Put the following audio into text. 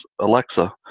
Alexa